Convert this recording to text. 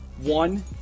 One